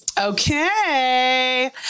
okay